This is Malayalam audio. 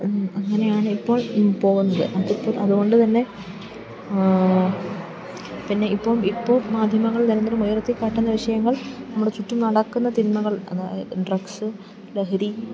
അങ്ങനെയാണ് ഇപ്പോൾ പോകുന്നത് അതിപ്പോൾ അതുകൊണ്ട് തന്നെ പിന്നെ ഇപ്പം ഇപ്പോൾ മാധ്യമങ്ങൾ നിരന്തരം ഉയർത്തിക്കാട്ടുന്ന വിഷയങ്ങൾ നമ്മുടെ ചുറ്റും നടക്കുന്ന തിന്മകൾ അതായത് ഡ്രഗ്സ് ലഹരി